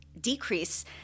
decrease